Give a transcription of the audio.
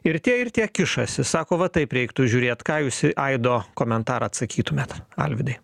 ir tie ir tie kišasi sako va taip reiktų žiūrėt ką jūs į aido komentarą atsakytumėt alvydai